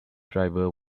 driver